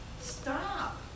Stop